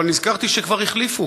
אבל נזכרתי שכבר החליפו